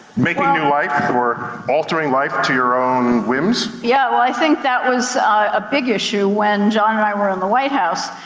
making new life, or altering life to your own whims? yeah, well i think that was a big issue when john and i were in the white house,